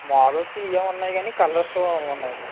models ఇవే ఉన్నాయి కానీ కలర్స్ ఉన్నాయండి